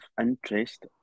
interest